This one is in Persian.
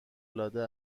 العاده